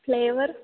flavour